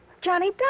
Johnny